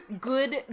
good